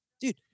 Dude